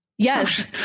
yes